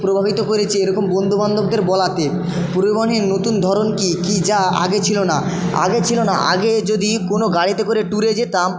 প্রভাবিত করেছে এরকম বন্ধুবান্ধবদের বলাতে পরিবহণের নতুন ধরন কী কী যা আগে ছিল না আগে ছিল না আগে যদি কোনো গাড়িতে করে ট্যুরে যেতাম